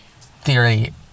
theory